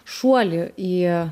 šuolį į